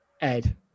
Ed